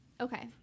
Okay